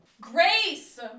Grace